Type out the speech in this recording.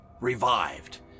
revived